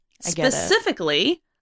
Specifically